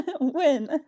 win